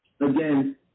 again